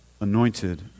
anointed